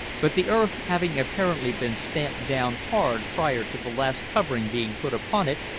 but the earth having apparently been stamped down hard prior to the last covering being put upon it,